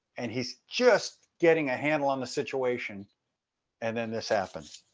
and he's just getting a handle on the situation and then this happened.